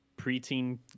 preteen